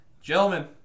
gentlemen